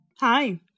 Hi